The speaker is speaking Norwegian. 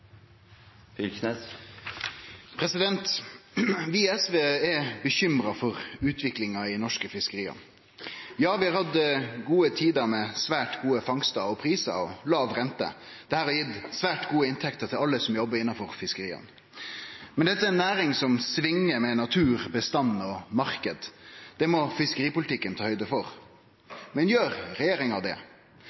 Vi i SV er bekymra for utviklinga i norske fiskeri. Vi hadde gode tider med svært gode fangstar, gode prisar og låg rente. Det har gitt svært gode inntekter til alle som jobbar innanfor fiskeria. Men dette er ei næring om svingar med natur, bestand og marknad. Det må fiskeripolitikken ta høgd for. Men gjer regjeringa det?